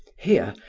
here,